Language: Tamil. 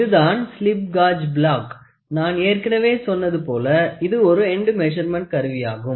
இதுதான் ஸ்லிப் காஜ் பிளாக் நான் ஏற்கனவே சொன்னது போல இது ஒரு எண்டு மெசர்மென்ட்டு கருவியாகும்